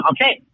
Okay